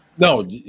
No